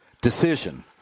decision